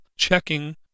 checking